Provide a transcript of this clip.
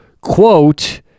quote